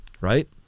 right